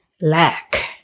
lack